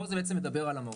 פה זה מדבר על המהות.